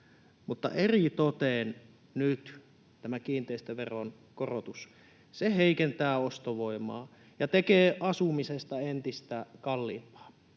mutta eritoten nyt tämä kiinteistöveron korotus heikentää ostovoimaa ja tekee asumisesta entistä kalliimpaa.